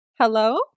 hello